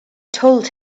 told